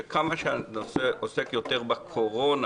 שכמה שהנושא עוסק יותר בקורונה,